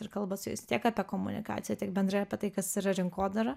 ir kalbat su jais tiek apie komunikaciją tiek bendrai apie tai kas yra rinkodara